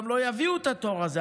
גם לא יביאו את התור הזה,